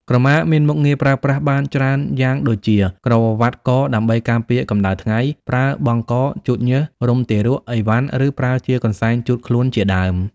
ក្រមាមានមុខងារប្រើប្រាស់បានច្រើនយ៉ាងដូចជា ក្រវាត់កដើម្បីការពារកម្ដៅថ្ងៃ ប្រើបង់ក្បាល ជូតញើស រុំទារក អីវ៉ាន់ ឫប្រើជាកន្សែងជូតខ្លួនជាដើម។